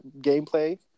gameplay